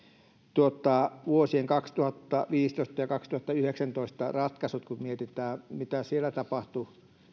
vuosien kaksituhattaviisitoista ja kaksituhattayhdeksäntoista ratkaisut kun mietitään mitä siellä tapahtui